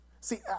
see